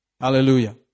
Hallelujah